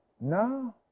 No